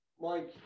Mike